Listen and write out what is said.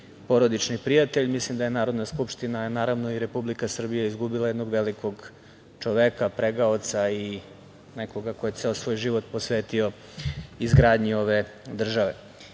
porodični prijatelj. Mislim da je Narodna skupština, a naravno, i Republika Srbija izgubila jednog velikog čoveka, pregaoca i nekoga ko je ceo svoj život posvetio izgradnji ove